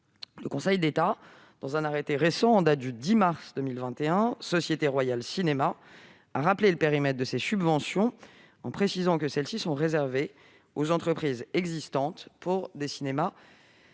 Le Conseil d'État, dans un arrêt, en date du 10 mars 2021, a rappelé le périmètre de ces subventions, en précisant que celles-ci sont réservées aux entreprises existantes pour des cinémas